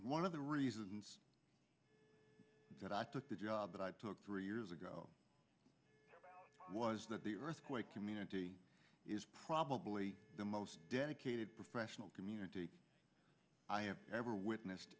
one of the reasons that i took the job that i took three years ago was that the earthquake community is probably the most dedicated professional community i have ever witnessed